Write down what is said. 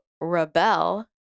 rebel